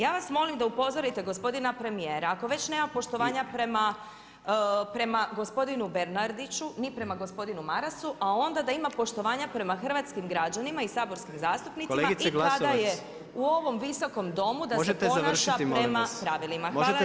Ja vas molim da upozorite gospodina premijera ako već nema poštovanja prema gospodinu Bernardiću ni prema gospodinu Marasu a onda da ima poštovanja prema hrvatskim građanima i saborskim zastupnicima i kada se u ovom [[Upadica predsjednik: Kolegice Glasovac možete završiti molim vas?]] Visokom domu da se ponaša prema pravilima [[Upadica predsjednik: Kolegice Glasovac možete završiti?]] Hvala lijepo.